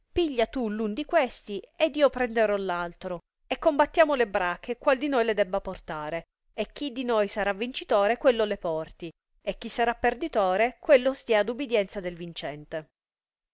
piglia tu r un di questi ed io prenderò l'altro e combattiamo le bracche qual di noi le debba portare e chi di noi sarà vincitore quello le porti e chi sarà perditore quello stia ad ubidienza del vincente